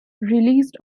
released